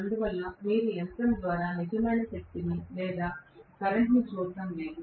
అందువల్ల మీరు యంత్రం ద్వారా నిజమైన శక్తిని లేదా నిజమైన కరెంట్ను చూడటం లేదు